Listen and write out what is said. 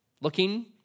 looking